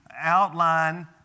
outline